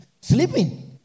sleeping